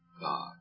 God